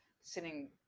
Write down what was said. sitting